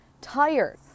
tired